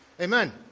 Amen